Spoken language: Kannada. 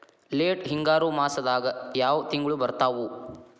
ಲೇಟ್ ಹಿಂಗಾರು ಮಾಸದಾಗ ಯಾವ್ ತಿಂಗ್ಳು ಬರ್ತಾವು?